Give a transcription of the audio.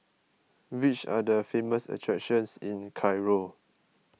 which are the famous attractions in Cairo